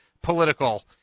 political